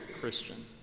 Christian